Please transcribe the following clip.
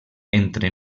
entre